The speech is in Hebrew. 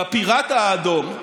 בפיראט האדום,